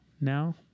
now